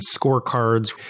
scorecards